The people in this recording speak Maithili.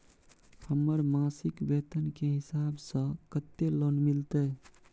हमर मासिक वेतन के हिसाब स कत्ते लोन मिलते?